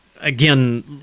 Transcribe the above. again